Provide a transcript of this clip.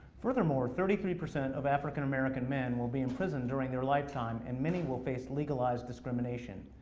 furthermore, thirty three percent of african american men will be in prison during their lifetime, and many will face like like discrimination.